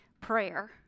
prayer